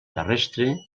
terrestre